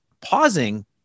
pausing